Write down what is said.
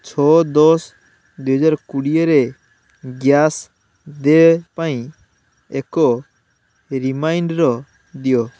ଛଅ ଦଶ ଦୁଇହଜାର କୋଡ଼ିଏରେ ଗ୍ୟାସ୍ ଦେ ପାଇଁ ଏକ ରିମାଇଣ୍ଡର୍ ଦିଅ